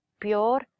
pure